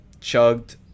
chugged